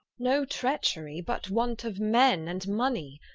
no trecherie, but want of men and money.